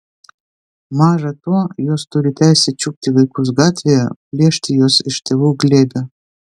maža to jos turi teisę čiupti vaikus gatvėje plėšti juos iš tėvų glėbio